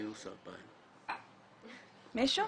מינוס 2,000. מישהו?